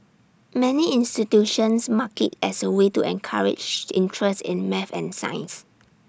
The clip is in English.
many institutions mark IT as A way to encourage interest in math and science